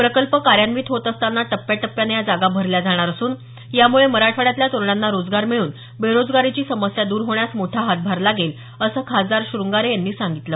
प्रकल्प कार्यान्वित होत असताना टप्प्याटप्प्यानं या जागा भरल्या जाणार असून त्यामुळे मराठवाड्यातल्या तरुणांना रोजगार मिळून बेरोजगारीची समस्या द्र होण्यास मोठा हातभार लागेल असं खासदार शृंगारे यांनी सांगितलं